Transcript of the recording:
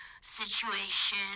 situation